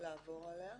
לעבור עליה.